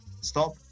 Stop